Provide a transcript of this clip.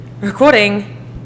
Recording